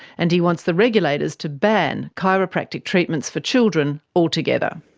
and he wants the regulators to ban chiropractic treatment for children altogether.